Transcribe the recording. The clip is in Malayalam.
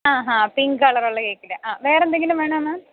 ആഹാ പിങ്ക് കളറുള്ള കേക്കില് വേറെയെന്തെങ്കിലും വേണമോ മാം